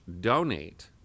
donate